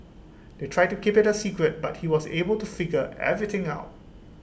they tried to keep IT A secret but he was able to figure everything out